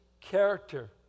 character